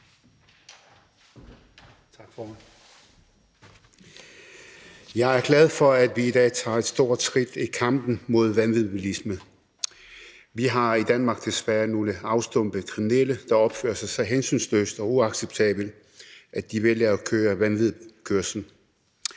Jeg er glad for, at vi i dag tager et stort skridt i kampen mod vanvidsbilisme. Vi har i Danmark desværre nogle afstumpede kriminelle, der opfører sig så hensynsløst og uacceptabelt, at de vælger at køre vanvidskørsel.